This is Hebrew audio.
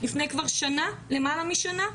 לפני למעלה משנה?